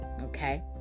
okay